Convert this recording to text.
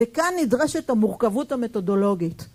וכאן נדרשת המורכבות המתודולוגית.